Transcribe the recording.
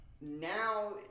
Now